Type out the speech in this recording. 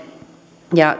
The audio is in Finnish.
ja